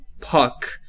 Puck